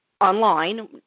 online